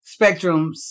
Spectrums